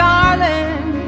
Darling